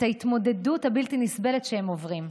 את ההתמודדות הבלתי-נסבלת שהם עוברים.